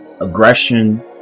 aggression